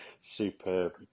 Superb